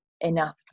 enough